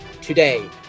today